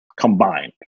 Combined